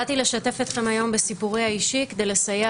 באתי לשתף אתכם היום בסיפורי האישי כדי לסייע